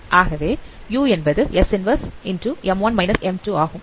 ஆகவே u என்பது S 1 ஆகும்